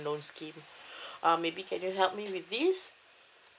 loan scheme um maybe can you help me with this